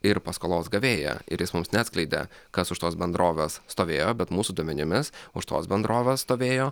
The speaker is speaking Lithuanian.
ir paskolos gavėją ir jis mums neatskleidė kas už tos bendrovės stovėjo bet mūsų duomenimis už tos bendrovės stovėjo